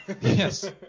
Yes